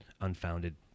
unfounded